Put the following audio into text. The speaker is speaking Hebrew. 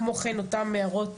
כמו כן, אותן הערות